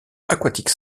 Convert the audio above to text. aquatique